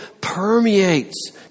permeates